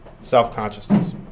self-consciousness